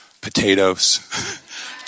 Potatoes